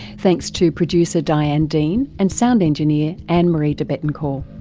thanks to producer diane dean and sound engineer anne-marie debettencor.